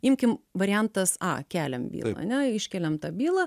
imkim variantas a keliam bylą ane iškeliam tą bylą